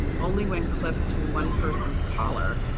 only when clipped to one person's collar.